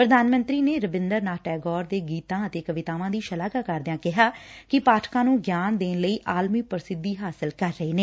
ਪ੍ਰਧਾਨ ਮੰਤਰੀ ਨੇ ਰਬਿੰਦਰ ਨਾਥ ਟੈਗੋਰ ਦੇ ਗੀਤਾ ਅਤੇ ਕਵਿਤਾਵਾਂ ਦੀ ਸ਼ਲਾਘਾ ਕਰਦਿਆਂ ਕਿਹਾ ਕਿ ਪਾਠਕਾਂ ਨੂੰ ਗਿਆਨ ਦੇਣ ਲਈ ਆਲਮੀ ਪ੍ਸਿੱਧੀ ਹਾਸਲ ਕਰ ਰਹੇ ਨੇ